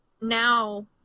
now